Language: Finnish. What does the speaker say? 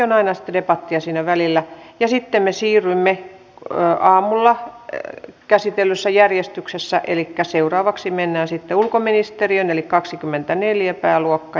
tällä hetkellä toimintatapa on kuitenkin niin että vaikka meillä on yhteiset kertomusjärjestelmät kanta arkisto niin itse asiassa kansalaiset pystyvät rajaamaan tiedon levittämisen